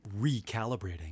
recalibrating